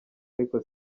ariko